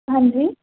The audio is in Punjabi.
ਹਾਂਜੀ